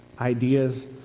ideas